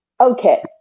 okay